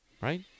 Right